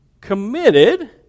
committed